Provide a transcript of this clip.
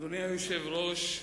אדוני היושב-ראש,